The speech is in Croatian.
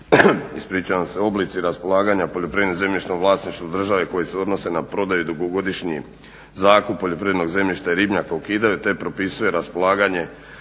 ispričavam se oblici raspolaganja poljoprivrednom zemljišnom vlasništvu države koji se odnose na prodaju, dugogodišnji zakup poljoprivrednog zemljišta i ribnjaka ukidaju te propisuje raspolaganje